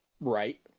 right